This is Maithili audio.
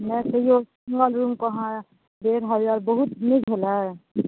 तैयो सिन्गल रुम केँ डेढ़ हजार बहुत नहि भेलै